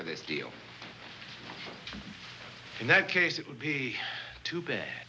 for this deal in that case it would be too bad